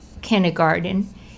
kindergarten